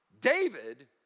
David